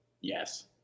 Yes